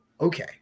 okay